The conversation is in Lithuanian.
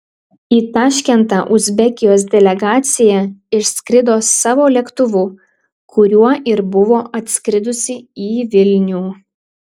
į taškentą uzbekijos delegacija išskrido savo lėktuvu kuriuo ir buvo atskridusi į vilnių